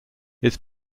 its